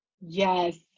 Yes